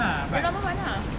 the normal one lah